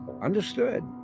Understood